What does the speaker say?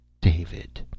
David